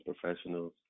professionals